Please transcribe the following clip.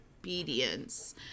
obedience